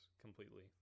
completely